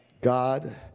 God